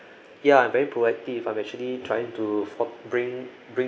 ya I'm very proactive I'm actually trying to for~ bring bring